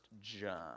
John